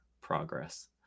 progress